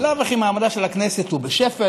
בלאו הכי מעמדה של הכנסת הוא בשפל.